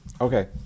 okay